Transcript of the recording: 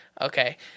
Okay